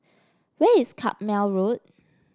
where is Carpmael Road